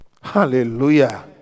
hallelujah